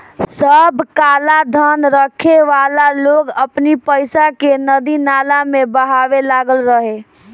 सब कालाधन रखे वाला लोग अपनी पईसा के नदी नाला में बहावे लागल रहे